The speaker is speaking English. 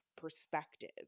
perspective